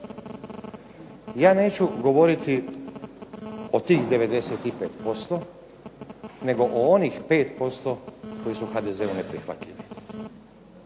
Ja neću govoriti o tih 95% nego o onih 5% koji su HDZ-u neprihvatljivi